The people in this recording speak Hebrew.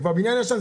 זה כבר בניין ישן,